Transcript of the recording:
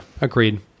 agreed